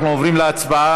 אנחנו עוברים להצבעה.